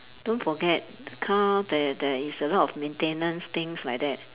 don't forget count there there is a lot of maintenance things like that